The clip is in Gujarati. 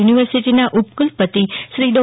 યુનિવર્સીટીના ઉપકુલપતિ શ્રી ડો